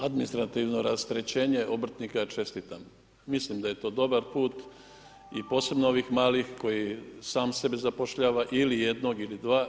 Administrativno rasterećenje obrtnika, čestitam, mislim da je to dobar put i posebno ovih mali koji sam sebe zapošljava ili jednog ili dva.